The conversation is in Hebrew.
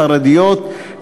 חרדיות,